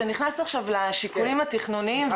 אתה נכנס עכשיו לשיקולים התכנוניים,